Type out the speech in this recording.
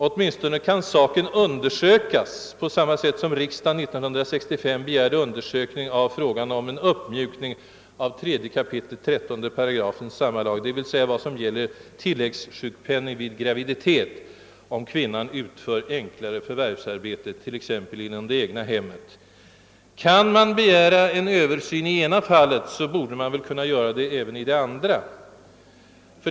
Åtminstone kan saken undersökas på samma sätt som när riksdagen 1965 begärde undersökning av frågan om en uppmjukning av 3 kap. 13 § samma lag, där det stadgas om tilläggssjukpenning vid graviditet, om kvinnan utför enklare förvärvsarbete, t.ex. inom det egna hemmet. Kan man begära en översyn i det ena fallet, borde man väl kunna göra det även i det andra.